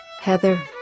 Heather